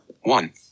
one